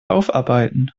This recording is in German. aufarbeiten